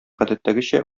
гадәттәгечә